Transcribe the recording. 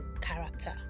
character